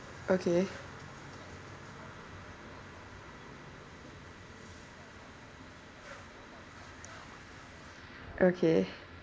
okay okay